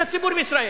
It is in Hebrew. את הציבור בישראל,